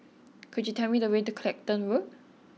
could you tell me the way to Clacton Road